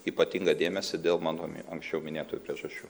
ypatingą dėmesį dėl mano mi anksčiau minėtųjų priežasčių